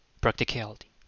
practicality